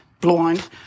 blind